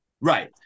right